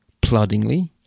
ploddingly